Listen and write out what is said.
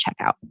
checkout